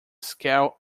scale